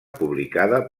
publicada